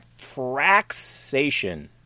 fraxation